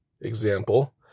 example